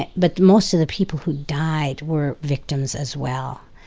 and but most of the people who died were victims as well.